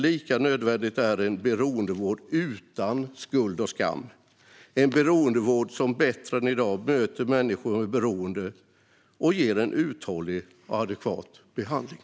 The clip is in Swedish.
Lika nödvändigt är det med en beroendevård utan skuld och skam - en beroendevård som bättre än i dag möter människor med beroende och ger uthållig och adekvat behandling.